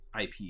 IP